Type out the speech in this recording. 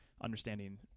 understanding